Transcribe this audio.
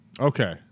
Okay